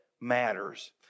matters